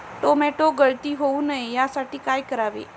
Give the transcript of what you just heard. Tomato गळती होऊ नये यासाठी काय करावे?